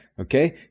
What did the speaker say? Okay